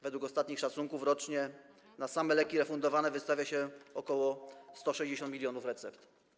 Według ostatnich szacunków rocznie na same leki refundowane wystawia się ok. 160 mln recept.